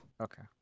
Okay